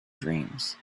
dreams